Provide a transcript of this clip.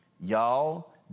Y'all